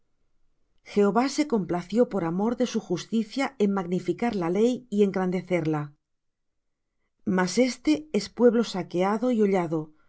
jehová se complació por amor de su justicia en magnificar la ley y engrandecerla mas este es pueblo saqueado y hollado